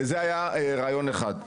זה היה רעיון אחד.